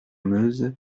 meuse